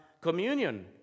communion